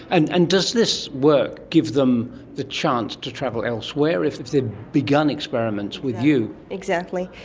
and and does this work give them the chance to travel elsewhere, if if they've begun experiments with you? exactly.